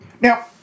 Now